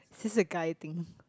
this a guy thing